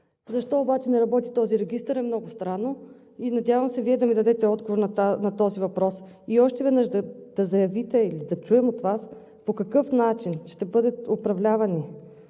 Защо обаче не работи този регистър е много странно и надявам се Вие да ми дадете отговор на този въпрос. И още веднъж да заявите или да чуем от Вас по какъв начин ще бъде предотвратено